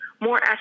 more